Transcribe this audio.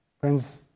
Friends